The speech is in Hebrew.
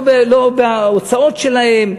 לא בהוצאות שלהם,